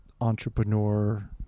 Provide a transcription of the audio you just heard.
entrepreneur